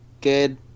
good